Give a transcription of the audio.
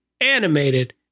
animated